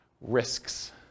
Risks